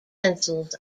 pencils